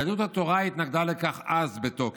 יהדות התורה התנגדה לכך אז בתוקף,